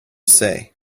say